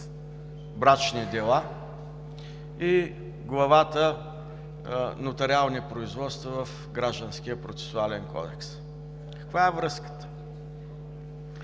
брачни дела“, и Глава „Нотариални производства“ в Гражданския процесуалния кодекс? Каква е връзката?